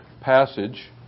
passage